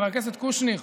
חבר הכנסת קושניר,